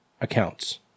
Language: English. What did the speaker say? accounts